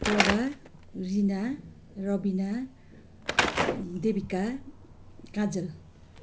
Prabha Rina Rabina Devika Kajal